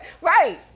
Right